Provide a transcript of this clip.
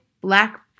black